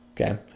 Okay